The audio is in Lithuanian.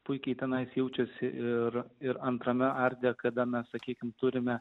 puikiai tenai jaučiasi ir ir antrame arde kada mes sakykime turime